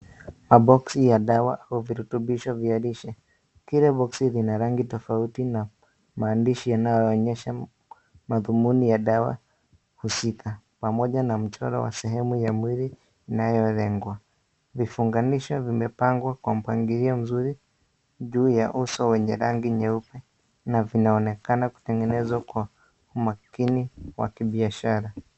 Mabokzi ya dawa au virutubisho vya lishe. Kila boksi kina rangi tofauti na maandishi yanayoonyesha madhumuni ya dawa husika pamoja na mchoro wa sehemu ya mwili inayolengwa. Vifunganishi vimepangwa kwa mpangilio mzuri juu ya uso wenye rangi nyeupe na vinaonekana kutengenezwa kwa umakini wa kibiashara.